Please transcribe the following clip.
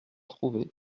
trouver